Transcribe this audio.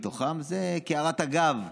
זה כהערת אגב,